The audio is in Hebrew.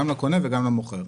גם לקונה וגם למוכר.